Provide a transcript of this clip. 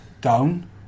down